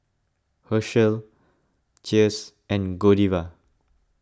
Herschel Cheers and Godiva